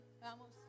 Vamos